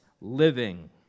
living